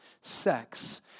sex